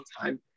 time